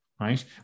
right